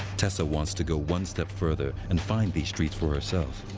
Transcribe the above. tessa wants to go one step further and find these streets for herself.